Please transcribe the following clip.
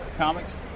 comics